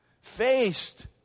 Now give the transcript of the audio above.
faced